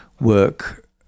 work